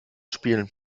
spielen